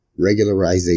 regularization